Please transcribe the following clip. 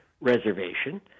Reservation